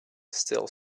still